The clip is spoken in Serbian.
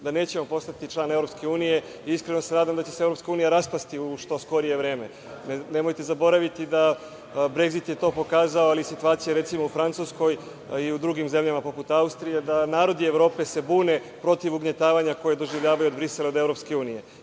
da nećemo postati član EU i iskreno se nadam da će se EU raspasti u što skorije vreme. Nemojte zaboraviti da, Bregzit je to pokazao, ali situacija, recimo, u Francuskoj i u drugim zemljama poput Austrije, da se narodi Evrope bune protivugnjetavanja koje doživljavaju od Brisela i od EU. I ne